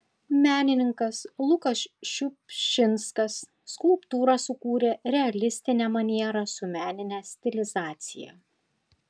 menininkas lukas šiupšinskas skulptūrą sukūrė realistine maniera su menine stilizacija